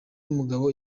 mugabo